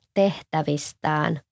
tehtävistään